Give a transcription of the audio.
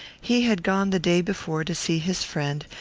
he had gone the day before to see his friend,